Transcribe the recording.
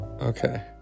Okay